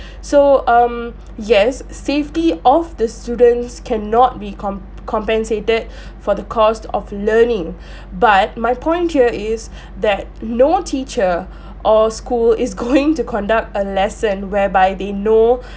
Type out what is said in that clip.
so um yes safety of the students cannot be com~ compensated for the cost of learning but my point here is that no teacher or school is going to conduct a lesson whereby they know